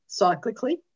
cyclically